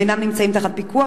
הם אינם נמצאים תחת פיקוח,